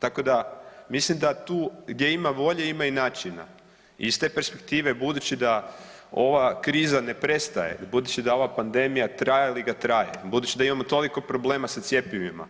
Tako da mislim gdje ima volje ima i načina i iz te perspektive budući da ova kriza ne prestaje, budući da ga ova pandemija traje li ga traje, budući da imamo toliko problema sa cjepivima